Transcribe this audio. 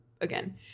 again